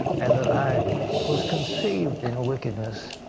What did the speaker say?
and that i was conceived in wickedness.